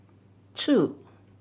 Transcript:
two